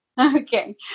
Okay